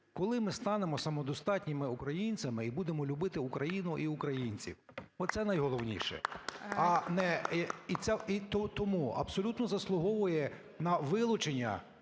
Коли ми станемо самодостатніми українцями і будемо любити Україну і українців? Оце найголовніше, а не… І тому абсолютно заслуговує на вилучення